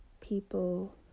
people